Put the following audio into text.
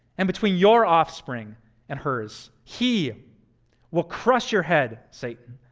and between your offspring and hers. he will crush your head, satan,